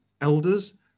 elders